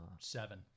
Seven